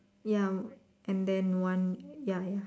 ya and then one ya ya